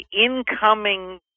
incoming